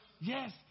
Yes